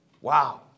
Wow